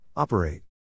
Operate